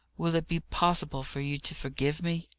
will it be possible for you to forgive me?